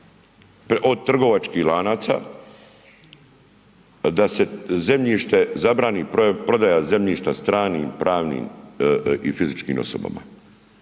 od trgovačkih lanaca da se zabrani prodaja zemljišta stranim pravnim i fizičkim osobama.